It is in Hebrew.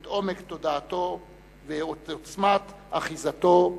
את עומק תודעתו ואת עוצמת אחיזתו בהשקפותיו.